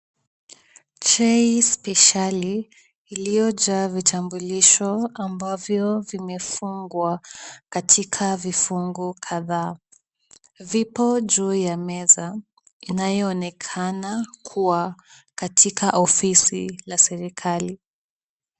Chei speshali iliyojaa vitambulisho ambavyo vimefungwa katika vifungu kadhaa. Vipo ju ya meza inayoonekana kuwa katika ofisi la serikali.